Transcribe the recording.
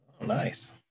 Nice